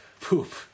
poop